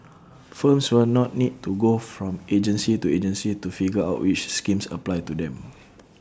firms will not need to go from agency to agency to figure out which schemes apply to them